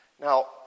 Now